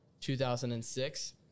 2006